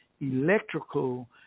electrical